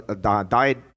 died